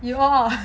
you all